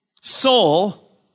Soul